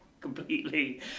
completely